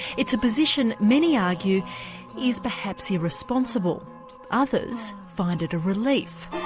it's a position many argue is perhaps irresponsible others find it a relief.